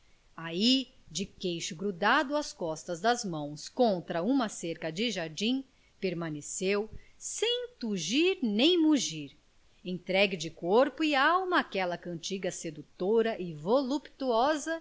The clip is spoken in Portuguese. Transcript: ai de queixo grudado às costas das mãos contra uma cerca de jardim permaneceu sem tugir nem mugir entregue de corpo e alma àquela cantiga sedutora e voluptuosa